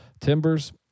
Timbers